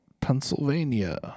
Pennsylvania